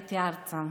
כשעליתי ארצה,